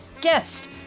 guest